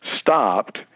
stopped